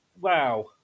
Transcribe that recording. wow